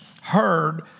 heard